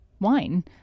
wine